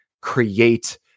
create